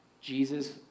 Jesus